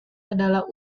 adalah